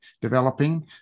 developing